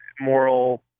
moral